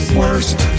worst